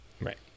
Right